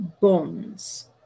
bonds